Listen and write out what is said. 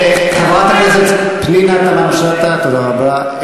חברת הכנסת פנינה תמנו-שטה, תודה רבה.